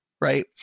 right